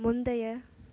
முந்தைய